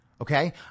Okay